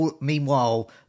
Meanwhile